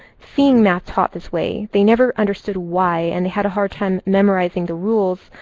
seeing math taught this way. they never understood why. and they had a hard time memorizing the rules.